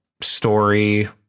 story